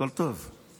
הכול טוב,